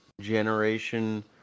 generation